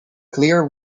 clear